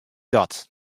dat